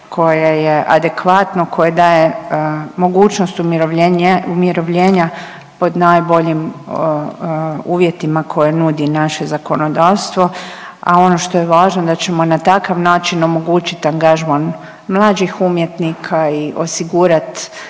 koje je adekvatno koje daje mogućnost umirovljenja pod najboljim uvjetima koje nudi naše zakonodavstvo, a ono što je važno da ćemo na takav način omogućit angažman mlađih umjetnika i osigurat